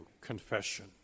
confession